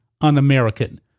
un-American